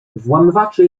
włamywaczy